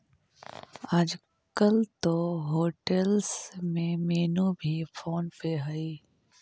आजकल तो होटेल्स में मेनू भी फोन पे हइ